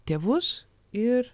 tėvus ir